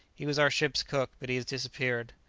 he was our ship's cook but he has disappeared.